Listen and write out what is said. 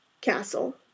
castle